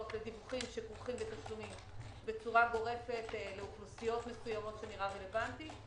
לדיווחים בצורה גורפת לאוכלוסיות מסוימות שנראה רלוונטי.